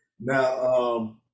Now –